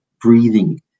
breathing